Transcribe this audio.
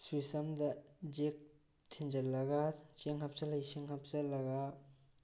sweets ꯑꯝꯗ ꯖꯦꯛ ꯊꯤꯟꯖꯤꯜꯂꯒ ꯆꯦꯡ ꯍꯥꯞꯆꯤꯜꯂ ꯏꯁꯤꯡ ꯍꯥꯞꯆꯤꯜꯂꯒ